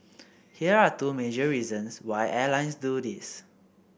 here are two major reasons why airlines do this